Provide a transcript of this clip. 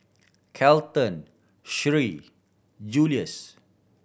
Kelton Sheree Juluis